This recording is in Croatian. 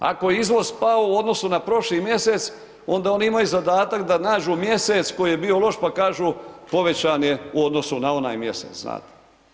Ako je izvoz pao u odnosu na prošli mjesec onda oni imaju zadatak da nađu mjesec koji je bio loš pa kažu povećan je u odnosu na onaj mjesec, znate.